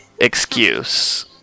excuse